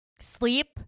sleep